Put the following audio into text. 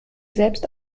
selbst